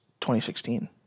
2016